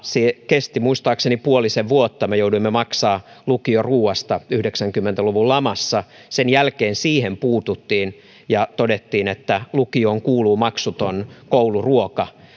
se kesti muistaakseni puolisen vuotta me jouduimme maksamaan lukioruuasta yhdeksänkymmentä luvun lamassa sen jälkeen siihen puututtiin ja todettiin että lukioon kuuluu maksuton kouluruoka